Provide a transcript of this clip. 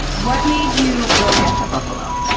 what made you go get the buffalo?